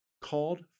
called